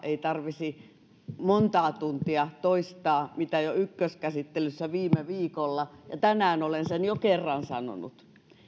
ei tarvitsisi montaa tuntia toistaa tätä samaa mitä jo ykköskäsittelyssä viime viikolla ja tänään olen sen jo kerran sanonut